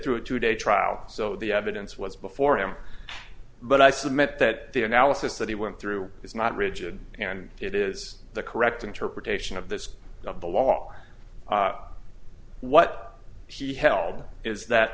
through a two day trial so the evidence was before him but i submit that the analysis that he went through is not rigid and it is the correct interpretation of the scope of the law what she held is that